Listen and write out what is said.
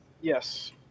Yes